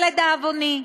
אבל, לדאבוני,